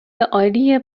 عالی